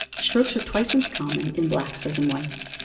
strokes are twice as common in blacks as in whites,